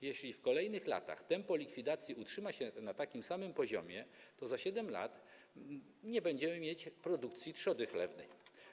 Jeśli w kolejnych latach tempo likwidacji utrzyma się na takim samym poziomie, to za 7 lat nie będziemy mieć produkcji trzody chlewnej.